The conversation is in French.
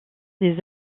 des